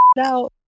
out